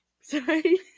Sorry